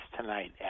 tonight